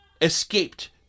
escaped